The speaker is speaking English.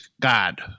God